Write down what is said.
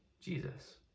Jesus